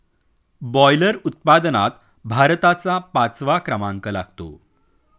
boiler उत्पादनात भारताचा पाचवा क्रमांक लागतो